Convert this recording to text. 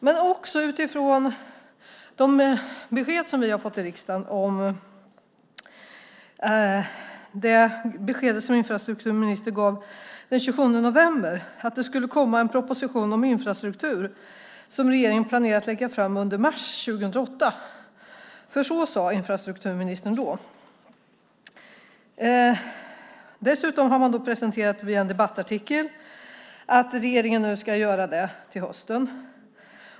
Men det handlar också om det besked som infrastrukturministern gav i riksdagen den 27 november om att regeringen planerade att lägga fram en proposition om infrastruktur under mars 2008. Så sade infrastrukturministern då. Sedan har man sagt via en debattartikel att regeringen ska göra detta till hösten.